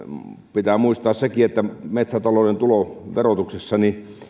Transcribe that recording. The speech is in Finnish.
pitää muistaa sekin että metsätalouden tuloverotuksessa